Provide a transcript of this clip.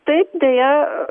taip deja